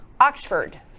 Oxford